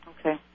Okay